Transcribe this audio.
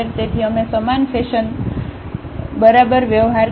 તેથી અમે સમાન ફેશનમાં બરાબર વ્યવહાર કરીશું